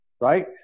right